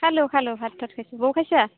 খালো খালো ভাত তাত খাইচছোঁ বৌ খাইছা